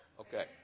Okay